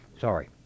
Sorry